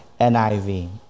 NIV